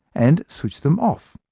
and switch them off.